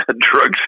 drugs